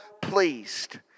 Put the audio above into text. pleased